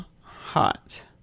hot